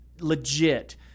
legit